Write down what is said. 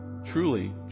Truly